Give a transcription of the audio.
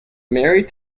married